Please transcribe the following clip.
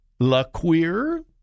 Laqueer